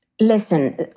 Listen